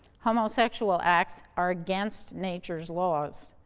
homosexual acts are against nature's laws.